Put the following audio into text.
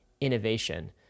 innovation